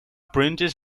princes